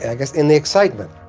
yeah guess in the excitement,